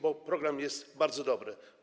Bo program jest bardzo dobry.